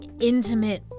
intimate